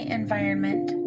environment